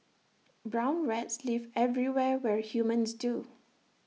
brown rats live everywhere where humans do